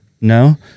no